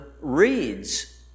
reads